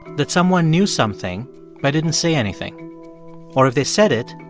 that someone knew something but didn't say anything or if they said it,